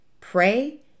pray